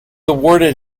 awarded